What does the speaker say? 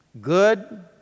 good